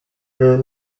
term